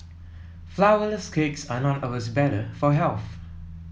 flourless cakes are not always better for health